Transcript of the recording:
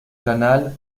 canal